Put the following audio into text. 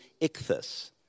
ichthys